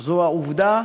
הוא העובדה